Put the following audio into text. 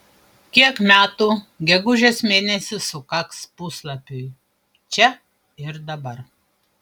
kiek metų gegužės mėnesį sukaks puslapiui čia ir dabar